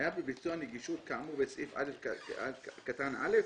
"חייב בביצוע נגישות כאמור בסעיף קטן (א),